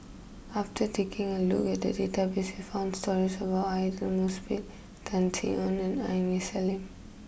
after taking a look at the database we found stories about Aidli Mosbit Tan Sin Aun and Aini Salim